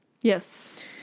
Yes